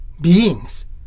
beings